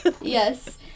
Yes